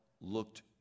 looked